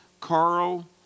Carl